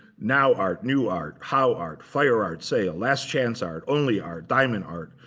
now art, new art, how art, fire art sale, last chance art, only art, diamond art,